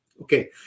Okay